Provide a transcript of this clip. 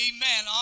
Amen